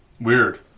Weird